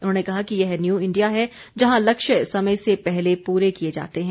उन्होंने कहा कि यह न्यू इंडिया है जहां लक्ष्य समय से पहले पूरे किए जाते हैं